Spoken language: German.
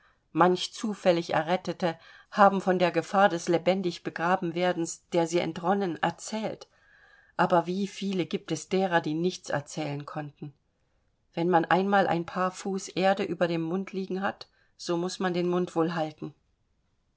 manch zufällig errettete haben von der gefahr des lebendig begraben werdens der sie entronnen erzählt aber wie viele giebt es derer die nichts erzählen konnten wenn man einmal ein paar fuß erde über dem mund liegen hat so muß man den mund wohl halten